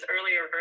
earlier